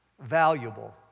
valuable